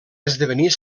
esdevenir